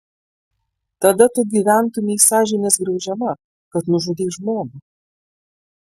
tada tu gyventumei sąžinės graužiama kad nužudei žmogų